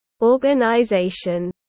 organization